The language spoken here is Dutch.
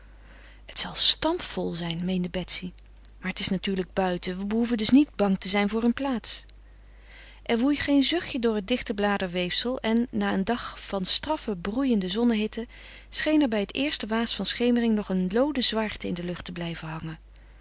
het zal stampvol zijn meende betsy maar het is natuurlijk buiten we behoeven dus niet bang te zijn voor een plaats er woei geen zuchtje door het dichte bladerweefsel en na een dag van straffe broeiende zonnehitte scheen er bij het eerste waas van schemering nog een looden zwaarte in de lucht te blijven hangen